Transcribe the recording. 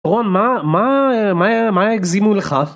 רון, מה מה מה הגזימו לך